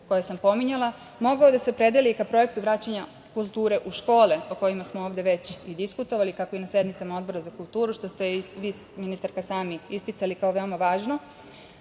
koje sam napominjala, mogao da se opredeli ka projektu vraćanja kulture u škole, o kojima smo ovde već i diskutovali kako na sednicama Odbora za kulturu, što ste i vi ministarka sami isticali kao veoma važno,